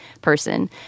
person